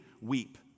weep